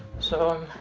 so